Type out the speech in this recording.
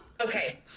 Okay